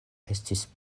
estis